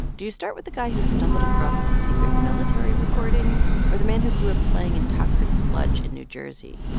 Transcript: do you start with the guy who stumbled across the secret military recordings or the man who grew up playing in toxic sludge in new jersey?